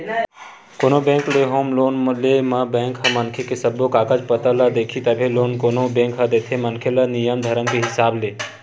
कोनो बेंक ले home loan ले म बेंक ह मनखे के सब्बो कागज पतर ल देखही तभे लोन कोनो बेंक ह देथे मनखे ल नियम धरम के हिसाब ले